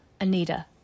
Anita